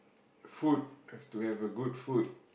food have to have a good food